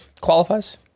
qualifies